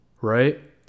right